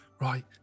right